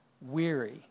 weary